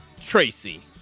Tracy